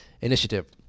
initiative